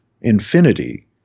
Infinity